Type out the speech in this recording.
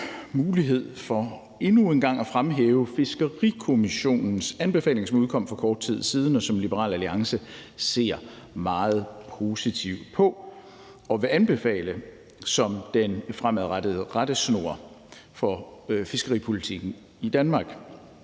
mulighed for endnu en gang at fremhæve Fiskerikommissionens anbefalinger, som udkom for kort tid siden, og som Liberal Alliance ser meget positivt på og vil anbefale som den fremadrettede rettesnor for fiskeripolitikken i Danmark.